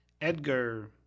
Edgar